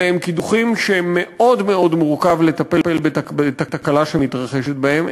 אלה הם קידוחים שמאוד מאוד מורכב לטפל בתקלה שמתרחשת בהם,